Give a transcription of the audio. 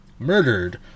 murdered